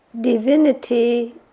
Divinity